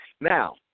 Now